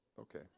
Okay